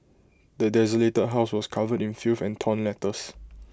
the desolated house was covered in filth and torn letters